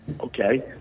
Okay